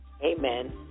Amen